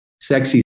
sexy